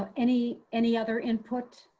any any other input?